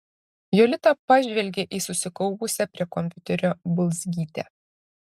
jolita pažvelgė į susikaupusią prie kompiuterio bulzgytę